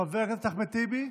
חבר הכנסת אחמד טיבי,